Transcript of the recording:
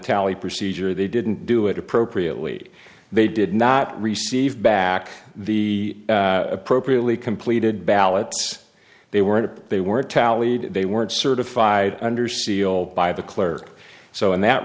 tally procedure they didn't do it appropriately they did not receive back the appropriately completed ballots they weren't they weren't tallied they weren't certified under seal by the clerk so in that